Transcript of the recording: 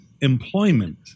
employment